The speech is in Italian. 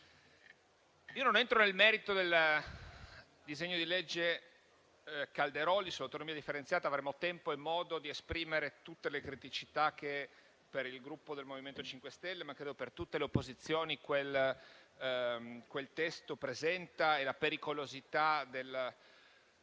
non entro nel merito del disegno di legge Calderoli sull'autonomia differenziata; avremo tempo e modo di esprimere tutte le criticità che ad avviso del Gruppo del MoVimento 5 Stelle, ma credo di tutte le opposizioni, quel testo presenta, rilevando la pericolosità del